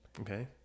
okay